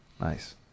Nice